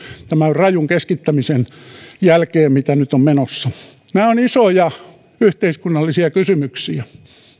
tämän rajun keskittämisen jälkeen mitä nyt on menossa nämä ovat isoja yhteiskunnallisia kysymyksiä